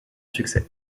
succès